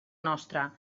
nostra